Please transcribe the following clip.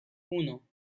uno